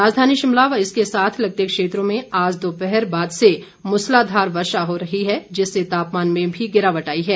राजधानी शिमला व इसके साथ लगते क्षेत्रों में आज दोपहर बाद मूसलाधार वर्षा हो रही है जिससे तापमान में भी गिरावट आई है